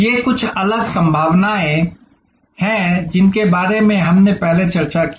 ये कुछ अलग संभावनाएँ हैं जिनके बारे में हमने पहले चर्चा की है